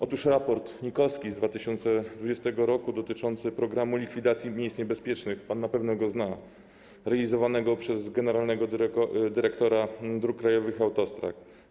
Otóż raport NIK z 2020 r. dotyczy „Programu likwidacji miejsc niebezpiecznych”, pan na pewno go zna, realizowanego przez generalnego dyrektora dróg krajowych i autostrad.